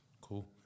cool